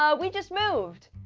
um we just moved!